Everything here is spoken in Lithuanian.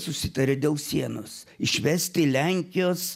susitarė dėl sienos išvesti lenkijos